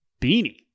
beanie